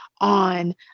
on